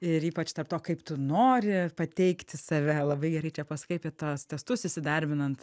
ir ypač tarp to kaip tu nori pateikti save labai gerai čia pasakei apie tuos testus įsidarbinant